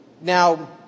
Now